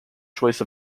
choice